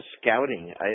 scouting